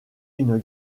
une